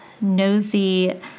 nosy